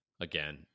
again